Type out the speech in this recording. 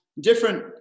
different